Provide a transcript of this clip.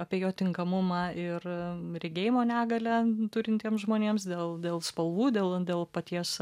apie jo tinkamumą ir regėjimo negalią turintiem žmonėms dėl dėl spalvų dėl dėl paties